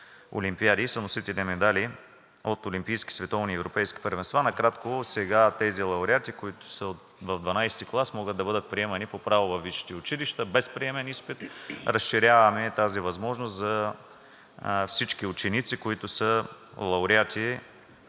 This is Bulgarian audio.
олимпиади и са носители на медали от олимпийски, световни и европейски първенства. Накратко, сега лауреатите, които са в XII клас, могат да бъдат приемани по право във висшите училища без приемен изпит. Разширяваме и тази възможност за всички ученици, които са лауреати